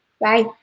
Bye